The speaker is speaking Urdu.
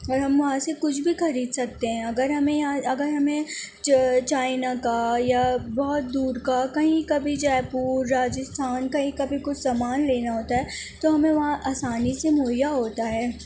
اور ہم وہاں سے کچھ بھی خرید سکتے ہیں اگر ہمیں یہاں اگر ہمیں چا چائنا کا یا بہت دور کا کہیں کا بھی جے پور راجستھان کہیں کا بھی کچھ سامان لینا ہوتا ہے تو ہمیں وہاں آسانی سے مہیا ہوتا ہے